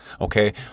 Okay